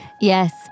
Yes